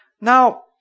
Now